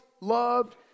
loved